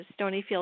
Stonyfield